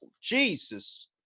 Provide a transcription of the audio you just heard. jesus